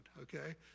okay